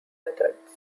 methods